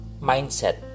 mindset